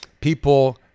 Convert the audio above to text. people